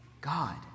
God